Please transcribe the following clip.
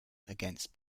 against